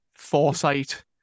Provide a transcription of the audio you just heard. foresight